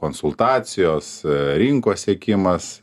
konsultacijos rinkos sekimas